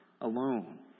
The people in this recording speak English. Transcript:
alone